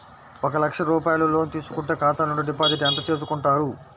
ఒక లక్ష రూపాయలు లోన్ తీసుకుంటే ఖాతా నుండి డిపాజిట్ ఎంత చేసుకుంటారు?